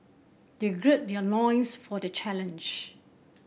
they gird their loins for the challenge